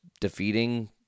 defeating